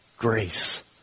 Grace